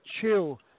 chill